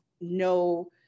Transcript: no